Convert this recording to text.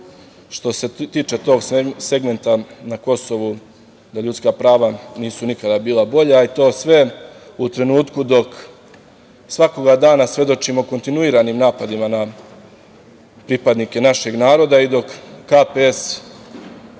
što se tiče tog segmenta na Kosovu, ljudska prava nisu nikada bila bolja, i to sve u trenutku dok svakoga dana svedočimo kontinuiranim napadima na pripadnike našeg naroda i dok KPS